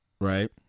right